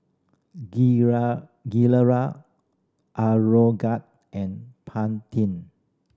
Gilera Aroguard and Pantene